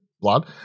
blood